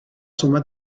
suma